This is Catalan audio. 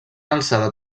alçada